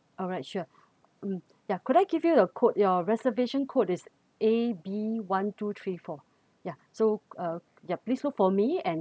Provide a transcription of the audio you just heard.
alright sure mm yeah could I give you the code your reservation code is A B one two three four ya so uh ya please look for me and